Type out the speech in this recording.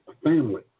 Family